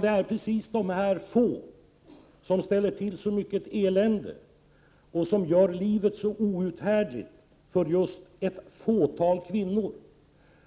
Det är dessa få som ställer till så mycket elände och som gör livet så outhärdligt för ett fåtal kvinnor.